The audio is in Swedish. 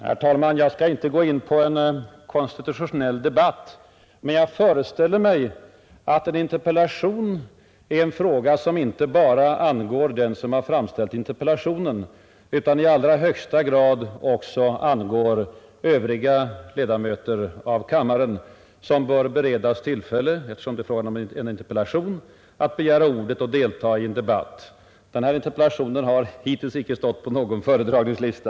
Herr talman! Vi skall här inte gå in på någon konstitutionell debatt, men jag föreställer mig att en interpellation är någonting som inte bara angår den som har framställt interpellationen utan i allra högsta grad även övriga ledamöter av kammaren, vilka — eftersom det är fråga om en interpellation — bör beredas tillfälle att delta i debatten. Och den interpellation det här gäller har hittills inte stått på någon riksdagens föredragningslista.